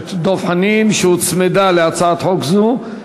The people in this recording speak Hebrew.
הכנסת דב חנין שהוצמדה להצעת חוק זאת.